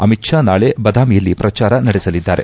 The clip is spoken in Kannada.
ಅಮಿತ್ ಷಾ ನಾಳೆ ಬದಾಮಿಯಲ್ಲಿ ಪ್ರಚಾರ ನಡೆಸಲಿದ್ದಾರೆ